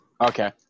Okay